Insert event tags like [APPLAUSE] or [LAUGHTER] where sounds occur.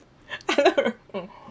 [LAUGHS]